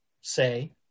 say